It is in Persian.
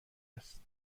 است